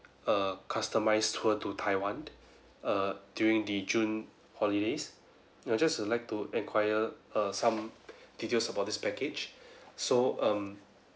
err customized tour to taiwan err during the june holidays you know just like to enquire err some details about this package so um